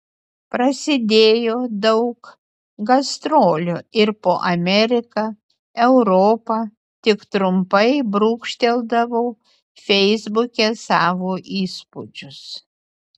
prasidėjo daug gastrolių ir po ameriką europą tik trumpai brūkšteldavau feisbuke savo įspūdžius